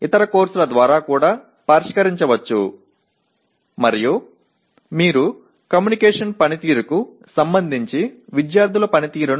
மேலும் தகவல்தொடர்பு திறன்களைப் பொறுத்து மாணவர்களின் செயல்திறனை மதிப்பீடு செய்கிறீர்கள்